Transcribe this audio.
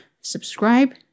subscribe